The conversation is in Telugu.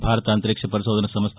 భారత అంతరిక్ష పరిశోధన సంస్ద